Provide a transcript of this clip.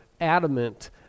adamant